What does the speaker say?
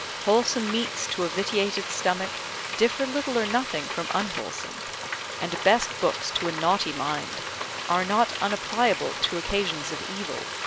wholesome meats to a vitiated stomach differ little or nothing from unwholesome and best books to a naughty mind are not unappliable to occasions of evil.